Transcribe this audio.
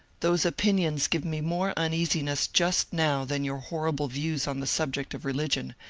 those opinions give me more uneasiness just now than your horrible views on the subject of religion,